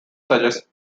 suggests